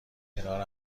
کنار